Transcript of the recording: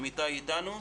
אמיתי איתנו?